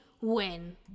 win